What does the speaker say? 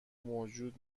موجود